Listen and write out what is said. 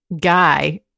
guy